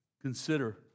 consider